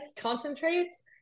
concentrates